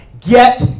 Get